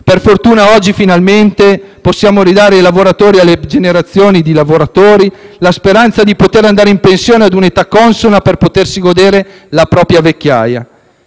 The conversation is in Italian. Per fortuna, oggi finalmente possiamo ridare ai lavoratori e alle prossime generazioni di lavoratori la speranza di andare in pensione ad un'età consona, per potersi godere la propria vecchiaia.